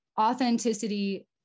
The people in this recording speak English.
authenticity